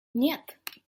нет